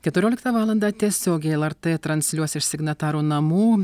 keturioliktą valandą tiesiogiai lrt transliuos iš signatarų namų